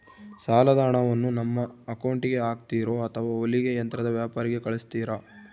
ಸಾಲದ ಹಣವನ್ನು ನಮ್ಮ ಅಕೌಂಟಿಗೆ ಹಾಕ್ತಿರೋ ಅಥವಾ ಹೊಲಿಗೆ ಯಂತ್ರದ ವ್ಯಾಪಾರಿಗೆ ಕಳಿಸ್ತಿರಾ?